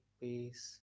peace